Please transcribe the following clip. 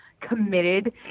committed